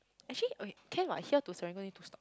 actually !oi! can what here to Serangoon need two stop